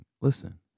listen